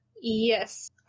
Yes